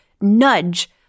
nudge